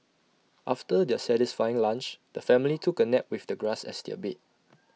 after their satisfying lunch the family took A nap with the grass as their bed